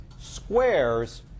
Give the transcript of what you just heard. squares